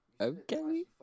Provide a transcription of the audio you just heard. Okay